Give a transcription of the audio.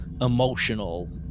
emotional